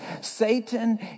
Satan